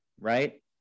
right